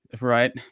right